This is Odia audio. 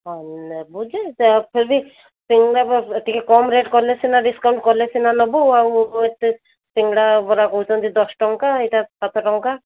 ହଁ ନେବୁ ଯେ ତଥାପି ସିଙ୍ଗଡ଼ା ବରା ଟିକେ କମ୍ ରେଟ୍ କଲେ ସିନା ଡିସକାଉଣ୍ଟ୍ କଲେ ସିନା ନେବୁ ଆଉ ଏତେ ସିଙ୍ଗଡ଼ା ବରା କହୁଛନ୍ତି ଦଶ ଟଙ୍କା ଏଇଟା ସାତ ଟଙ୍କା